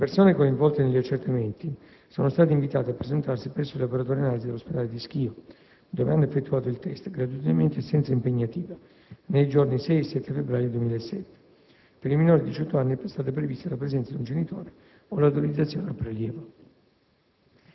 Le persone coinvolte negli accertamenti sono state invitate a presentarsi presso il laboratorio analisi dell'ospedale di Schio, dove hanno effettuato il *test*, gratuitamente e senza impegnativa, nei giorni 6 e 7 febbraio 2007; per i minori di 18 anni è stata prevista la presenza di un genitore o l'autorizzazione al prelievo.